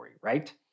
right